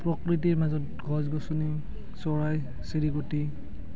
প্ৰকৃতিৰ মাজত গছ গছনি চৰাই চিৰিকতি